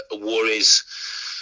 worries